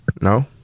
No